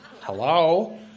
Hello